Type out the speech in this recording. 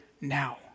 now